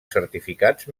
certificats